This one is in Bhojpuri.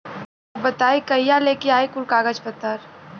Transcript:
तब बताई कहिया लेके आई कुल कागज पतर?